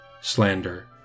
slander